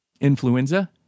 influenza